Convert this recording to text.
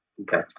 Okay